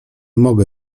mogę